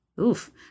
Oof